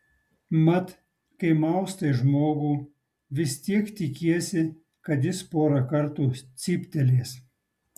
mat kai maustai žmogų vis tiek tikiesi kad jis porą kartų cyptelės